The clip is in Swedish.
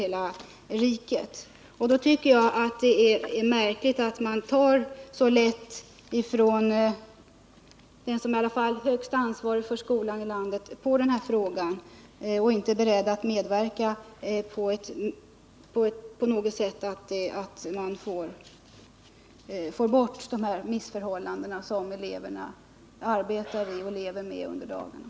Mot denna bakgrund tycker jag det är märkligt att den som trots allt är ytterst ansvarig för skolväsendet i landet tar så lätt på denna fråga och inte är beredd att medverka på något sätt för att få bort de missförhållanden som eleverna arbetar i och lever med under skoldagen.